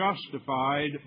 justified